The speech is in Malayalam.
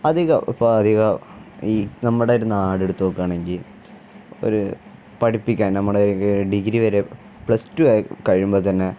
അധികം ഇപ്പോള് അധികം ഈ നമ്മുടെയൊരു നാട് എടുത്തുനോക്കുകയാണെങ്കില് ഒരു പഠിപ്പിക്കാൻ നമ്മള്ക്ക് ഡിഗ്രി വരെ പ്ലസ് റ്റു ആയിക്കഴിയുമ്പോള്ത്തന്നെ